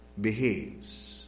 behaves